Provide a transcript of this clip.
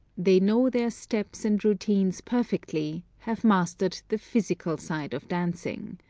they know their steps and routines perfectly, have mastered the physical side of dancing.